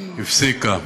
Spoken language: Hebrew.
הפסיקה.